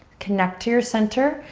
connect to your center.